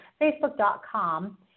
facebook.com